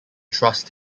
trust